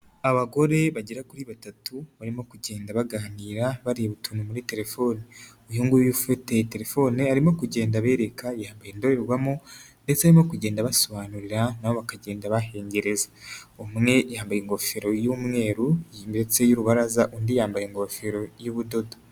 Abagore bagera kuri batatu barimo kugenda baganira bareba utuntu muri telefone, uyunguyu ufite telefone arimo kugenda abereka yambaye indorerwamo ndetse arimo kugenda abasobanurira na bo bakagenda bahengereza, umwe yambaye ingofero y'umweru ndetse y'urubaraza undi yambaye ingofero y'ubudodo.